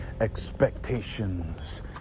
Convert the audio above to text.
expectations